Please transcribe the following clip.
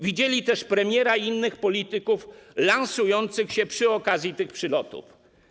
Widzieli też premiera i innych polityków lansujących się przy okazji tych przylotów.